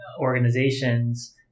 organizations